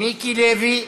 מיקי לוי,